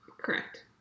Correct